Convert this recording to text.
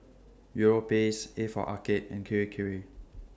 Europace A For Arcade and Kirei Kirei